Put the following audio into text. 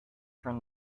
turn